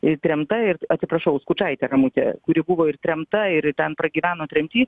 ir tremta ir atsiprašau skučaitė ramutė kuri buvo ir tremta ir ten pragyveno tremty